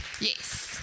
yes